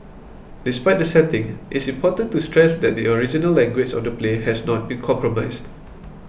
despite the setting it's important to stress that the original language of the play has not been compromised